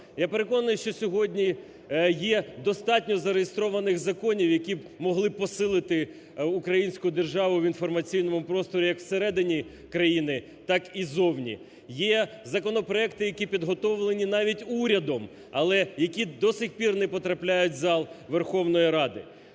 Я переконаний, що сьогодні є достатньо зареєстрованих законів, які могли б посилити українську державу в інформаційному просторі як всередині країни так і зовні. Є законопроекти, які підготовлені навіть урядом, але, які до сих пір не потрапляють в зал Верховної Ради.